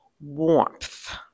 warmth